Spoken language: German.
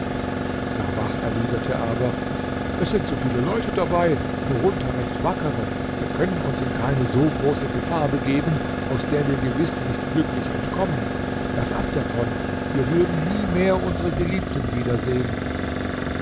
sabach erwiderte aber es sind zu viele leute dabei worunter recht wackere wir können uns in keine so große gefahr begeben aus der wir gewiß nicht glücklich entkommen laß ab davon wir würden nie mehr unsere geliebten wiedersehen